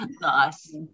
Nice